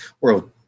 World